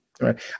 Right